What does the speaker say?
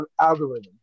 algorithm